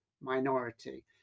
minority